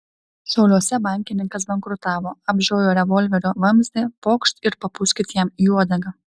šiauliuose bankininkas bankrutavo apžiojo revolverio vamzdį pokšt ir papūskit jam į uodegą